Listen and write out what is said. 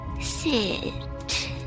Sit